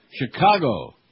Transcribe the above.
Chicago